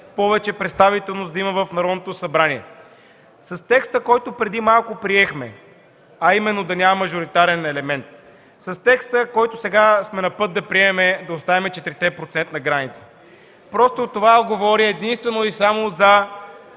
повече представителност да има в Народното събрание. С текста, който преди малко приехме, а именно – да няма мажоритарен елемент, с текста, който сега сме на път да приемем – да оставим 4-процентната граница, това говори единствено и само за